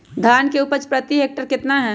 धान की उपज प्रति हेक्टेयर कितना है?